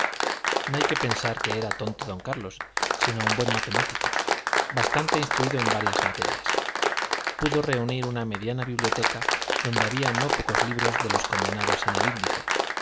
no hay que pensar que era tonto don carlos sino un buen matemático bastante instruido en varias materias pudo reunir una mediana biblioteca donde había no pocos libros de los condenados en el índice